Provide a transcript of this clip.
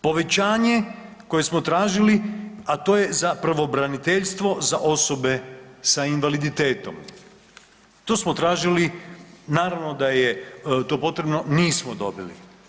Povećanje koje smo tražili, a to je za pravobraniteljstvo za osobe sa invaliditetom, to smo tražili, naravno da je to potrebno, nismo dobili.